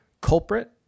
Culprit